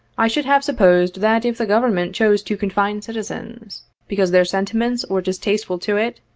i should have supposed that, if the government chose to confine citizens because their sentiments were distasteful to it,